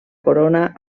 corona